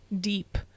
deep